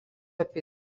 apie